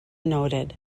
noted